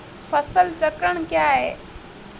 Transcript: फसल चक्रण क्या है?